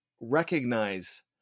recognize